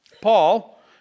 Paul